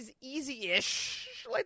easy-ish